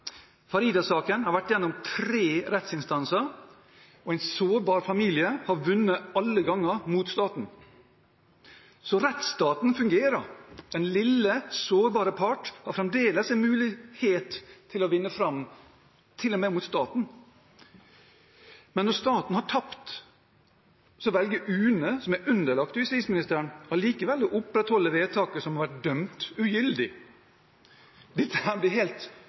rettsstaten fungerer. Den lille, sårbare part har fremdeles en mulighet til å vinne fram, til og med mot staten. Men når staten har tapt, velger UNE, som er underlagt justisministeren, allikevel å opprettholde vedtaket som er dømt ugyldig. Dette blir helt